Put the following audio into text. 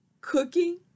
cooking